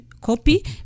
copy